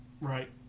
Right